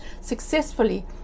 successfully